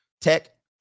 Tech